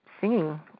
singing